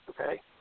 Okay